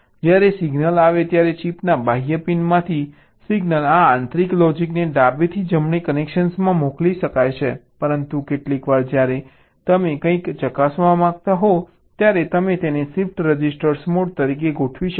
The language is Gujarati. જ્યારે સિગ્નલ આવે ત્યારે ચિપના બાહ્ય પિનમાંથી સિગ્નલ આ આંતરિક લોજીકને ડાબેથી જમણે કનેક્શનમાં મોકલી શકાય છે પરંતુ કેટલીકવાર જ્યારે તમે કંઈક ચકાસવા માંગતા હો ત્યારે તમે તેને શિફ્ટ રજિસ્ટર મોડ તરીકે ગોઠવી શકો છો